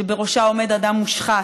שבראשה עומד אדם מושחת,